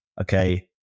okay